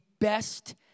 best